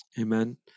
Amen